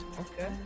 Okay